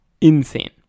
Insane